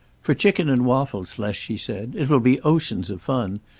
for chicken and waffles, les, she said. it will be oceans of fun.